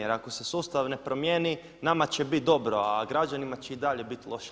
Jer ako se sustav ne promjeni nama će biti dobro, a građanima će i dalje biti loše.